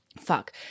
Fuck